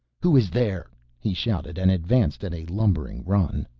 who is there? he shouted and advanced at a lumbering run.